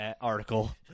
article